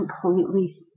completely